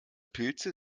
pilze